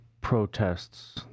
protests